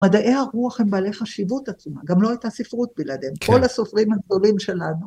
מדעי הרוח הם בעלי חשיבות עצומה, גם לא הייתה ספרות בלעדיהם, כל הסופרים הגדולים שלנו.